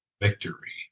victory